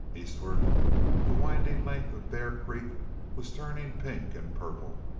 eastward the winding length of bear creek was turning pink and purple.